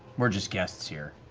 we're just guests here.